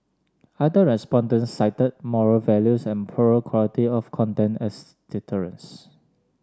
other respondents cited moral values and poorer quality of content as deterrents